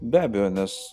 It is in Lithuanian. be abejo nes